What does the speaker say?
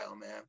man